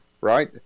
Right